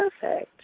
Perfect